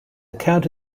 account